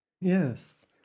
yes